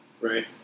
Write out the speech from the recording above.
Right